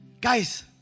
Guys